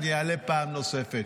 אעלה פעם נוספת.